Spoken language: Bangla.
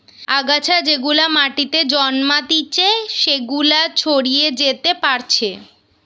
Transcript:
আগাছা যেগুলা মাটিতে জন্মাতিচে সেগুলা ছড়িয়ে যেতে পারছে